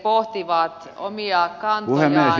puhemies johtaa puhetta